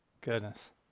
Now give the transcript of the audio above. Goodness